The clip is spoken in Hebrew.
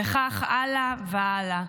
וכך הלאה והלאה.